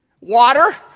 water